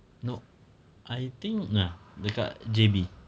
no I think dekat J_B